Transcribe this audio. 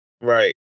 right